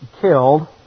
killed